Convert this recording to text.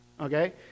Okay